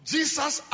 Jesus